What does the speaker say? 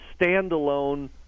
standalone